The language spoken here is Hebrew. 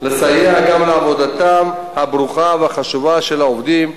לסייע גם לעבודתם הברוכה והחשובה של העובדים,